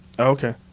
Okay